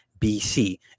BC